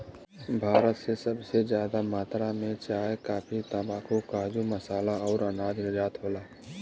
भारत से सबसे जादा मात्रा मे चाय, काफी, तम्बाकू, काजू, मसाला अउर अनाज निर्यात होला